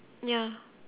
ya